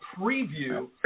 preview